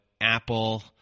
Apple